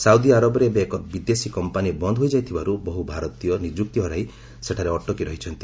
ସାଉଦିଆରବରେ ଏବେ ଏକ ବିଦେଶୀ କମ୍ପାନି ବନ୍ଦ୍ ହୋଇଯାଇଥିବାରୁ ବହୁ ଭାରତୀୟ ନିଯୁକ୍ତି ହରାଇ ସେଠାରେ ଅଟକି ରହିଛନ୍ତି